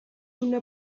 una